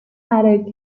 added